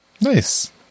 Nice